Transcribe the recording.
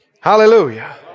Hallelujah